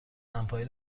دمپایی